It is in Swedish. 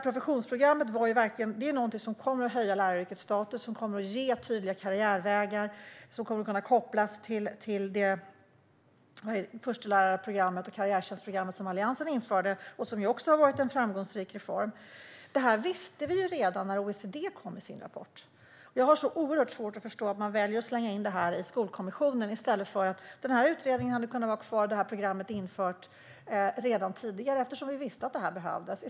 Professionsprogrammet är någonting som kommer att höja läraryrkets status och ge tydliga karriärvägar. Det kommer att kunna kopplas till förstelärarprogrammet och karriärtjänstprogrammet som Alliansen införde, och som också har varit en framgångsrik reform. Detta visste vi redan när OECD kom med sin rapport. Jag har oerhört svårt att förstå att man väljer att slänga in detta i Skolkommissionen. Utredningen hade i stället kunnat vara kvar och programmet infört redan tidigare eftersom vi visste att det behövdes.